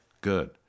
good